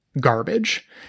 garbage